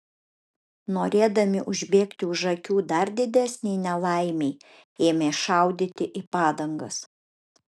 norėdami užbėgti už akių dar didesnei nelaimei ėmė šaudyti į padangas